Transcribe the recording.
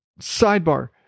sidebar